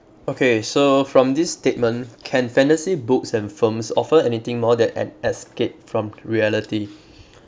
okay so from this statement can fantasy books and films offer anything more than an escape from reality